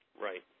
Right